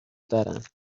دارند